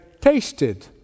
tasted